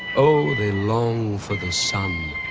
oh, they long for the sun.